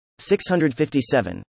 657